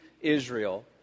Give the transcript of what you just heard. Israel